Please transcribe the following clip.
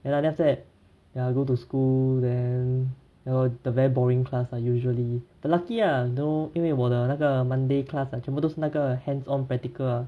ya lah then after that ya I go to school then 然后 the very boring class ah usually but lucky ah you know 因为我的那个 monday class 啊全部都是那个 hands on practical